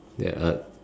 ya uh